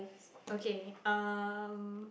okay um